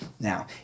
Now